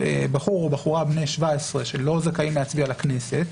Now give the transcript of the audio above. בחור או בחורה בני 17 שלא זכאים להצביע לכנסת,